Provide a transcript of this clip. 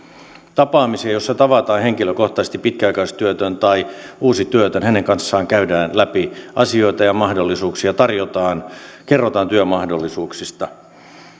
tapaamisia jossa tavataan henkilökohtaisesti pitkäaikaistyötön tai uusi työtön hänen kanssaan käydään läpi asioita mahdollisuuksia tarjotaan ja kerrotaan työmahdollisuuksista